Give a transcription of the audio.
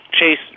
Chase